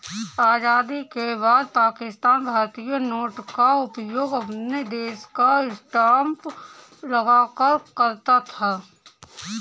आजादी के बाद पाकिस्तान भारतीय नोट का उपयोग अपने देश का स्टांप लगाकर करता था